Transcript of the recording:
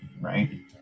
right